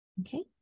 Okay